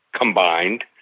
combined